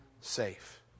safe